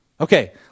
Okay